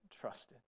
trusted